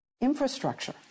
Infrastructure